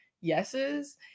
yeses